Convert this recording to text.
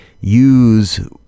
use